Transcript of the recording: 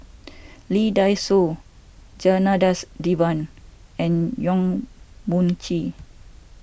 Lee Dai Soh Janadas Devan and Yong Mun Chee